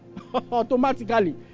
automatically